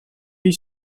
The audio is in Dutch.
wie